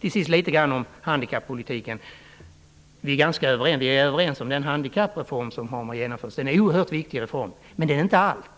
Till sist vill jag säga litet grand om handikappolitiken. Vi är överens om den handikappreform som genomförs. Det är en oerhört viktig reform, men den är inte allt.